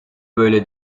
böyle